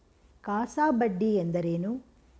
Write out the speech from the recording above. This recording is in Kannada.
ಕಾಸಾ ಬಡ್ಡಿ ಎಂದರೇನು?